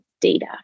data